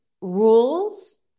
rules